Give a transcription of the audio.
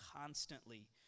constantly